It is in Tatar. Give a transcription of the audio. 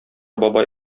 бабай